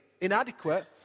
inadequate